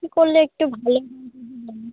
কী করলে একটু ভালো হয় যদি বলেন